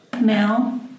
Now